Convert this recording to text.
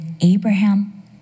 Abraham